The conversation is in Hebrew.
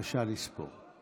בבקשה לספור.